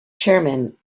chairman